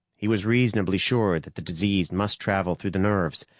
he was reasonably sure that the disease must travel through the nerves,